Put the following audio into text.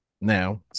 Now